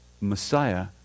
Messiah